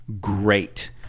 great